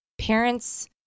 parents